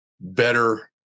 better